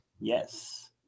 Yes